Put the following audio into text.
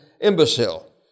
imbecile